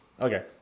Okay